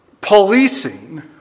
policing